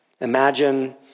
Imagine